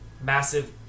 massive